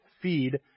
feed